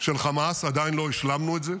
של חמאס, עדיין לא השלמנו את זה,